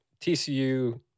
TCU